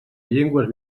llengües